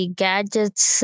gadgets